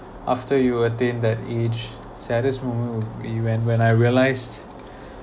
after you attain that age saddest moment will be when when I realised